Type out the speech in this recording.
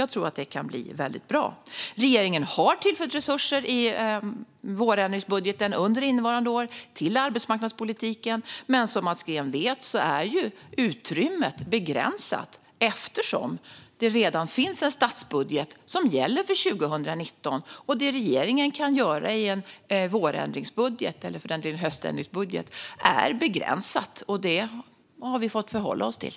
Jag tror att det kan bli väldigt bra. Regeringen har tillfört resurser i vårändringsbudgeten under innevarande år till arbetsmarknadspolitiken. Men som Mats Green vet är ju utrymmet begränsat, eftersom det redan finns en statsbudget som gäller för 2019. Det som regeringen kan göra i en vår eller höständringsbudget är begränsat, och det har vi fått förhålla oss till.